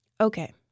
Okay